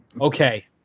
Okay